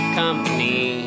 company